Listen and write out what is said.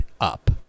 up